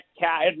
cat